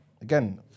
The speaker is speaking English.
again